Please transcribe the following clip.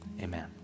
amen